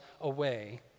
away